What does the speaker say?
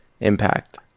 impact